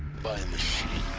by a machine